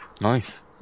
nice